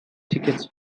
tickets